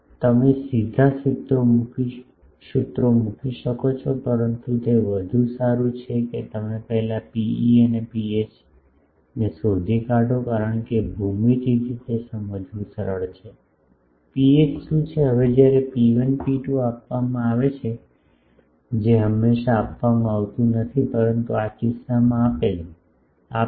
તમે સીધા સૂત્રો મૂકી શકો છો પરંતુ તે વધુ સારું છે કે તમે પહેલા ρe અને ρh તે શોધી કાઢો કારણ કે ભૂમિતિથી તે સમજવું સરળ છે ρh શું છે હવે જયારે ρ1 ρ2 આપવામાં આવે છે જે હંમેશાં આપવામાં આવતું નથી પરંતુ આ કિસ્સામાં આપેલ